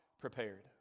prepared